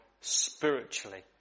spiritually